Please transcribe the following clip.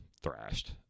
thrashed